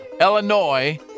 Illinois